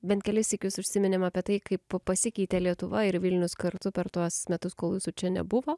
bent kelis sykius užsiminėm apie tai kaip a pasikeitė lietuva ir vilnius kartu per tuos metus kol jūsų čia nebuvo